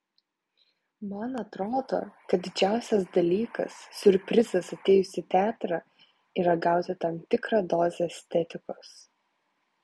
man atrodo kad didžiausias dalykas siurprizas atėjus į teatrą yra gauti tam tikrą dozę estetikos